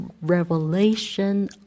revelation